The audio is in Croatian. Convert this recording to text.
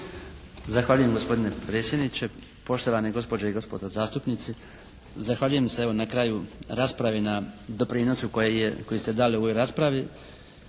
Zahvaljujem gospodine predsjedniče. Poštovane gospođe i gospodo zastupnici. Zahvaljujem se evo na kraju rasprave na doprinosu koji ste dali u ovoj raspravi